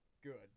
good